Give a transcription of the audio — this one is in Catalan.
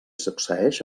succeeix